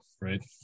right